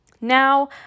Now